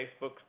Facebook